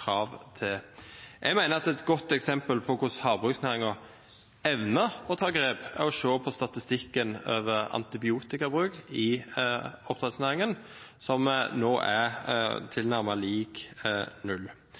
krav til. Jeg mener at et godt eksempel på hvordan havbruksnæringen evner å ta grep, er statistikken over antibiotikabruk i oppdrettsnæringen, som nå er